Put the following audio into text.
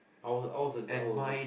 I was I was a I was a